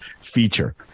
feature